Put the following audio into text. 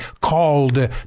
called